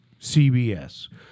CBS